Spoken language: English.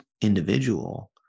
individual